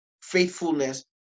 faithfulness